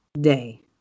day